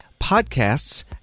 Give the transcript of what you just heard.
podcasts